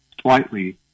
slightly